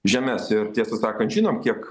žemes ir tiesą sakant žinom kiek